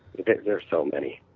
there are so many.